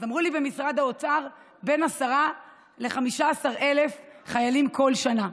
אז אמרו לי במשרד האוצר: בין 10,000 ל-15,000 חיילים כל שנה.